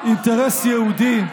אינטרס יהודי,